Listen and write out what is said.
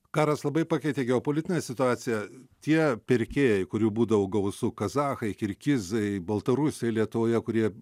karas labai pakeitė geopolitinę situaciją tie pirkėjai kurių būdavo gausu kazachai kirgizai baltarusiai lietuvoje kurie